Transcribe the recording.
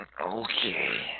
Okay